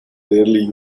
rarely